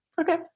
Okay